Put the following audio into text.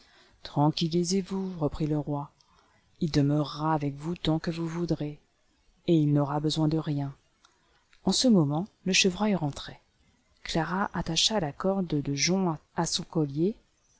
tranquillisez-vous reprit le roi il demeurera avec vous tant que vous voudrez et il n'aura besoin de rie en ce moment le chevreuil rentrait clara attacha a corde de joncs à son collier